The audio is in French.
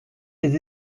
les